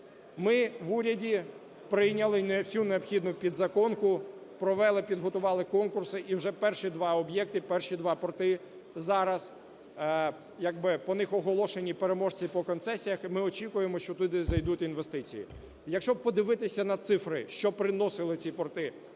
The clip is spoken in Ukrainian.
Ми в уряді прийняли всю необхідну підзаконку, провели і підготували конкурси, і вже перші два об'єкти, перші два порти зараз, як би по них оголошені переможці по концесіях, і ми очікуємо, що туди зайдуть інвестиції. Якщо подивитись на цифри, що приносили ці порти